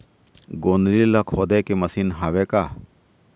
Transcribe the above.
गोंदली ला खोदे के मशीन हावे का?